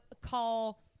call